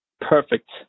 perfect